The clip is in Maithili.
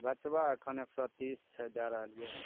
बचबा एखन एक सए तीस छै दए रहलियै हँ